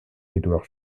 édouard